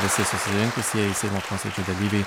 visi susirinkusieji seimo posėdžio dalyviai